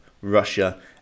Russia